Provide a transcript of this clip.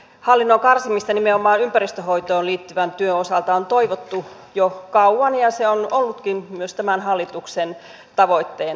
hallinnon karsimista nimenomaan ympäristön hoitoon liittyvän työn osalta on toivottu jo kauan ja se on ollutkin myös tämän hallituksen tavoitteena